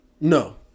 No